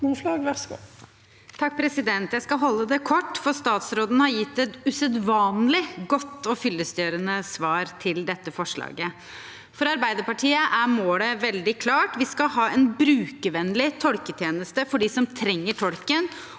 Moflag (A) Jeg skal si det kort, for statsråden har gitt et usedvanlig godt og fyllestgjørende svar til dette forslaget. For Arbeiderpartiet er målet veldig klart: Vi skal ha en brukervennlig tolketjeneste for dem som trenger tolk,